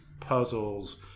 puzzles